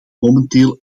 momenteel